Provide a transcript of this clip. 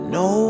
no